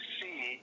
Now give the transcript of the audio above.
see